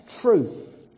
truth